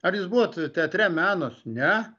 ar jūs buvot teatre menas ne